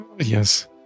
Yes